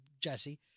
Jesse